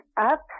up